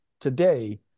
today